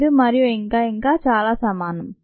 75 మరియు ఇంకా ఇంకా చాలా సమానం